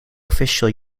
official